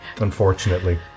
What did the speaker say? Unfortunately